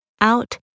out